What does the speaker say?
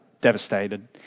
devastated